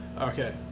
okay